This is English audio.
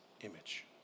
image